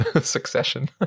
succession